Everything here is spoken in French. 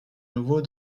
nouveau